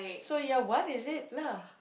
so ya what is it lah